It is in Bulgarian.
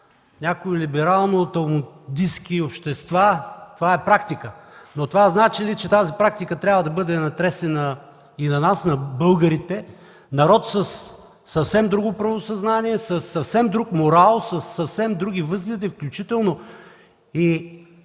някои либерално-талмудистки общества това е практика. Но това значи ли, че тази практика трябва да бъде натресена и на нас, българите – народ със съвсем друго правосъзнание, със съвсем друг морал, със съвсем други възгледи, включително